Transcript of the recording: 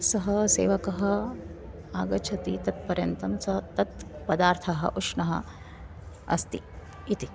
सः सेवकः आगच्छति तत्पर्यन्तं सः तत् पदार्थः उष्णः अस्ति इति